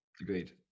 Agreed